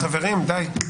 חברים, די.